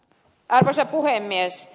arvoisa puhemies